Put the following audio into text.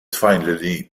finally